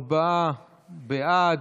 ארבעה בעד,